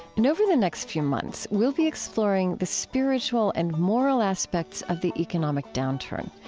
and over the next few months, we'll be exploring the spiritual and moral aspects of the economic downturn.